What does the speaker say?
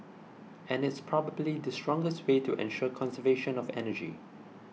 and it's probably the strongest way to ensure conservation of energy